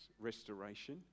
restoration